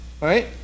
right